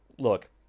Look